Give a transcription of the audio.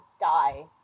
die